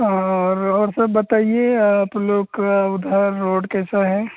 हाँ हाँ और सब बताइए आप लोग का उधर रोड कैसी है